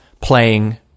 playing